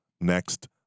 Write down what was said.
next